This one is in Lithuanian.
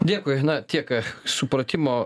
dėkui na tiek supratimo